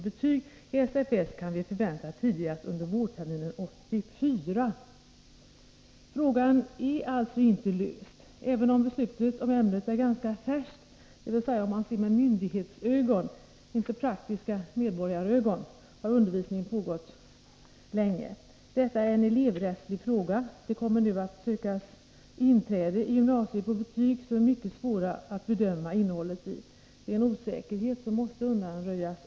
betyg i SFS kan vi förvänta tidigast under vt 84.” Frågan är alltså inte löst. Även om beslutet om ämnet fattades ganska nyligen, dvs. om man ser med myndighetsögon, inte en praktisk medborgares ögon, har undervisningen pågått länge. Detta är en elevrättslig fråga. Det kommer nu att sökas inträde i gymnasier på basis av betyg vars innehåll är mycket svåra att bedöma. Det är en osäkerhet som måste undanröjas.